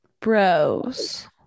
Bros